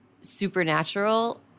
supernatural